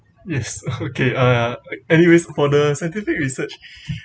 yes okay uh anyways for the scientific research